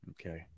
Okay